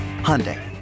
Hyundai